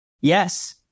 Yes